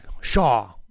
Shaw